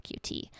QT